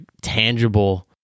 tangible